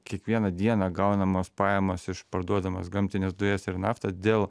kiekvieną dieną gaunamos pajamos iš parduodamas gamtines dujas ir naftą dėl